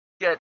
get